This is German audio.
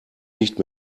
nicht